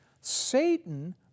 Satan